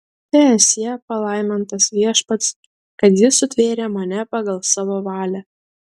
teesie palaimintas viešpats kad jis sutvėrė mane pagal savo valią